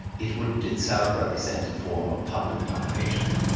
it wouldn't itself represent a form of public domination.